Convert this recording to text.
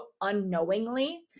unknowingly